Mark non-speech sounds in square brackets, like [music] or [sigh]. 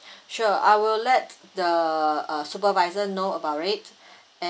[breath] sure I will let the uh supervisor know about it